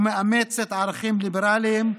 מאמצת ערכים ליברליים,